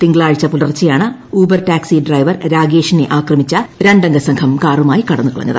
തിങ്കളാഴ്ച പുലർച്ചെയാണ് Uber taxi driver രാഗേഷിനെ ആക്രമിച്ച രണ്ടംഗസംഘം കാറുമായി കടന്നുകളഞ്ഞത്